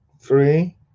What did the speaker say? three